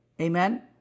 Amen